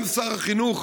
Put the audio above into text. גם שר החינוך